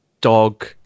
dog